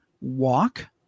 walk